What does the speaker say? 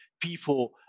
people